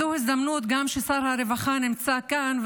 כששר הרווחה נמצא כאן,